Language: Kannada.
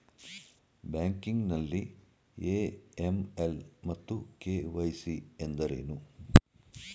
ಬ್ಯಾಂಕಿಂಗ್ ನಲ್ಲಿ ಎ.ಎಂ.ಎಲ್ ಮತ್ತು ಕೆ.ವೈ.ಸಿ ಎಂದರೇನು?